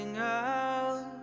out